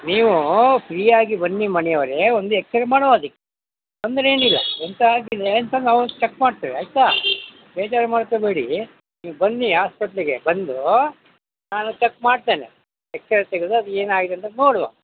ನೀವು ಫ್ರೀಯಾಗಿ ಬನ್ನಿ ಮಣಿಯವರೆ ಒಂದು ಎಕ್ಸ್ರೇ ಮಾಡುವ ಅದಿಕ್ಕೆ ತೊಂದರೆ ಏನಿಲ್ಲ ಎಂತ ಆಗಲಿಲ್ಲ ಎಂತ ನಾವು ಚೆಕ್ ಮಾಡ್ತೇವೆ ಆಯಿತಾ ಬೇಜಾರು ಮಾಡ್ಕೋಬೇಡಿ ನೀವು ಬನ್ನಿ ಹಾಸ್ಪೆಟ್ಲಿಗೆ ಬಂದು ನಾನು ಚೆಕ್ ಮಾಡ್ತೇನೆ ಎಕ್ಸ್ರೇ ತೆಗೆದು ಅದು ಏನಾಗಿದೆ ಅಂತ ನೋಡುವ